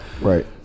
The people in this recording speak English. Right